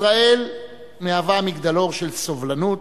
ישראל מהווה מגדלור של סובלנות,